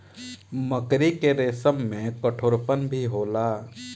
मकड़ी के रेसम में कठोरपन भी होला